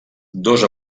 dos